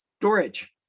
storage